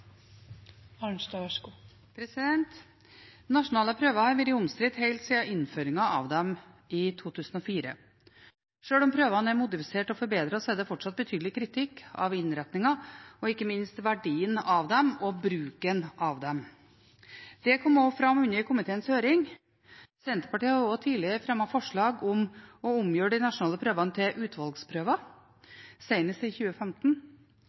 Nasjonale prøver har vært omstridt helt siden innføringen av dem i 2004. Sjøl om prøvene er modifisert og forbedret, er det fortsatt betydelig kritikk av innretningen og ikke minst verdien av dem og bruken av dem. Det kom også fram under komiteens høring. Senterpartiet har også tidligere fremmet forslag om å omgjøre de nasjonale prøvene til utvalgsprøver, senest i 2015.